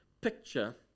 picture